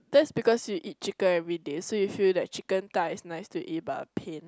that's because you eat chicken everyday so you feel that chicken thigh is nice to eat but a pain